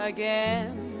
Again